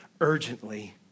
urgently